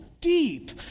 deep